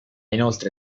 inoltre